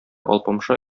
алпамша